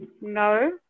No